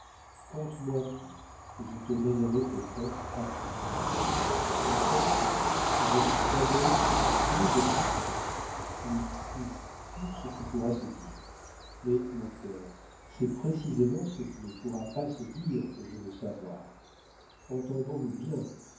conte-moi tout je te mènerai peut-être à bien ma tante je vous promets de me dire tout oui tout tout ce qui pourra se dire mais mon cœur c'est précisément ce qui ne pourra pas se dire que je veux savoir entendons-nous bien